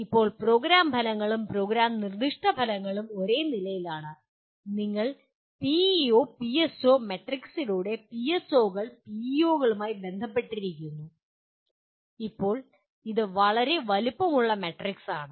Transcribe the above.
ഇപ്പോൾ പ്രോഗ്രാം ഫലങ്ങളും പ്രോഗ്രാം നിർദ്ദിഷ്ട ഫലങ്ങളും ഒരേ നിലയിലാണ് നിങ്ങൾ പിഇഒ പിഎസ്ഒ മാട്രിക്സിലൂടെ പിഎസ്ഒകൾ പിഇഒകളുമായി ബന്ധപ്പെട്ടിരിക്കുന്നു ഇപ്പോൾ ഇത് വളരെ വലിയ വലുപ്പമുള്ള മാട്രിക്സാണ്